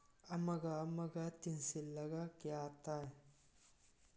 ꯑꯃꯒ ꯑꯃꯒ ꯇꯤꯟꯁꯤꯜꯂꯒ ꯀꯌꯥ ꯇꯥꯏ